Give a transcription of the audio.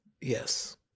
yes